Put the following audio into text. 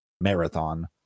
marathon